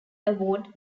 award